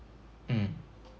mm